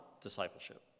discipleship